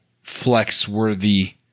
flex-worthy